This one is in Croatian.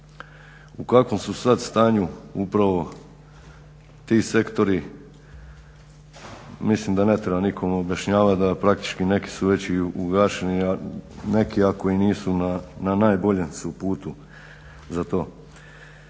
U kakvom su sad stanju upravo ti sektori mislim da ne treba nikom objašnjavati da praktički neki su već i ugašeni, a neki i ako nisu na najboljem su putu za to.